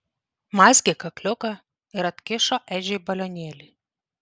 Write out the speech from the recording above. mazgė kakliuką ir atkišo edžiui balionėlį